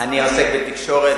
זה האוצר,